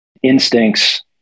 instincts